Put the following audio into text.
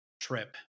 trip